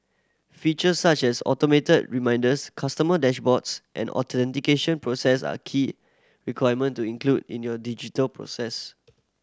features such as automated reminders customer dashboards and authentication processes are key requirement to include in your digital process